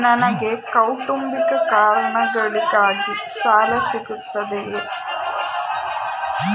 ನನಗೆ ಕೌಟುಂಬಿಕ ಕಾರಣಗಳಿಗಾಗಿ ಸಾಲ ಸಿಗುತ್ತದೆಯೇ?